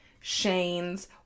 Shane's